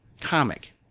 comic